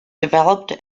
developed